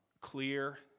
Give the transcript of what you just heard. clear